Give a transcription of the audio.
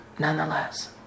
Nonetheless